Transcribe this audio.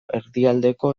erdialdeko